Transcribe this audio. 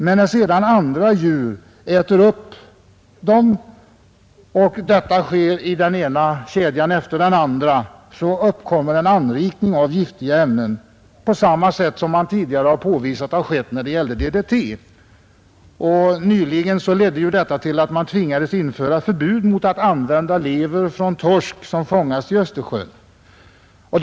Men när sedan dessa djur används såsom föda för andra djur i näringskedjan, uppkommer en anrikning av de giftiga ämnena — på samma sätt som enligt vad man tidigare har påvisat inträffade då vi använde DDT. Nyligen ledde detta till att man tvingades införa förbud mot att använda lever från torsk, som fångats i Östersjön, till föda.